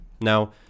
now